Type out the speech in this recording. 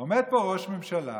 עומד פה ראש ממשלה